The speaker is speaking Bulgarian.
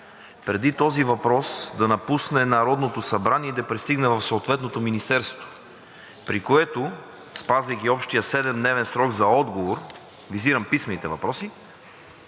преди този въпрос да напусне Народното събрание и да пристигне в съответното министерство. Спазвайки общия 7-дневен срок за отговор, визирам писмените въпроси,